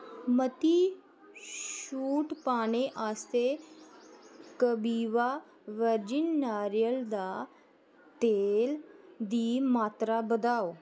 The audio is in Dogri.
मती छूट पाने आस्तै कपीवा वर्जिन नारियल दा तेल दी मात्तरा बधाओ